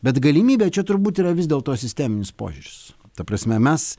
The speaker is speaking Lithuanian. bet galimybė čia turbūt yra vis dėlto sisteminis požiūris ta prasme mes